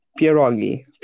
Pierogi